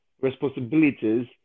responsibilities